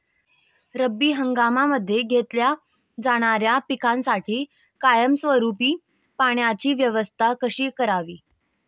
रब्बी हंगामामध्ये घेतल्या जाणाऱ्या पिकांसाठी कायमस्वरूपी पाण्याची व्यवस्था कशी करावी?